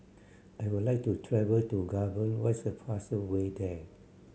I would like to travel to Gabon what's the fastest way there